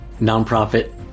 Nonprofit